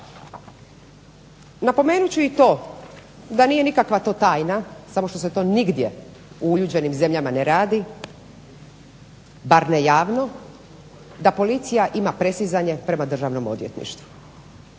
Napomenuti ću to da to nije nikakva tajna samo što se to nigdje u uljuđenim zemljama ne radi, bar ne javno, da policija ima presizanje prema državnom odvjetništvu.